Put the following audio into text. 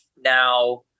Now